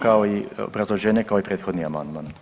Kao i, obrazloženje kao i prethodni amandman.